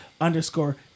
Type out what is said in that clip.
underscore